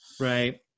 Right